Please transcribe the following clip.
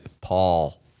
Paul